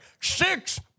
Six